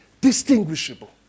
distinguishable